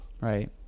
Right